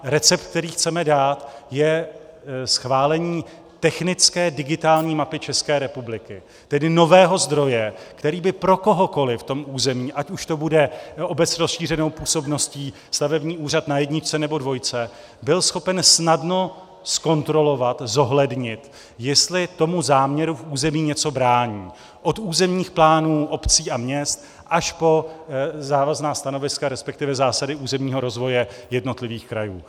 Recept, který chceme dát, je schválení technické digitální mapy České republiky, tedy nového zdroje, který by pro kohokoli v tom území, ať už to bude obec s rozšířenou působností, stavební úřad na jedničce nebo dvojce, byl schopen snadno zkontrolovat, zohlednit, jestli tomu záměru v území něco brání, od územních plánů obcí a měst až po závazná stanoviska, resp. zásady územního rozvoje jednotlivých krajů.